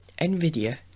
NVIDIA